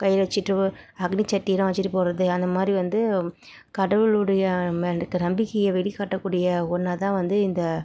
கையில் வெச்சுட்டு அக்னி சட்டிலாம் வெச்சுட்டு போகிறது அந்த மாதிரி வந்து கடவுள் உடைய இருக்கிற நம்பிக்கையை வெளிக்காட்டக்கூடிய ஒன்றா தான் வந்து இந்த